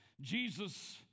Jesus